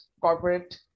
corporate